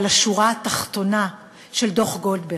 אבל השורה התחתונה של דוח גולדברג,